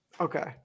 Okay